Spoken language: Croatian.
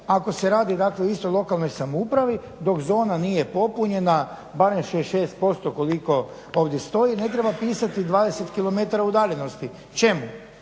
ako se radi dakle o istoj lokalnoj samoupravi dok zona nije popunjena barem 66% koliko ovdje stoji ne treba pisati 20 km udaljenosti. Čemu?